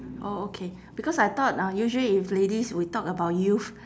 oh okay because I thought uh usually if ladies we talk about youth